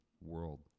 world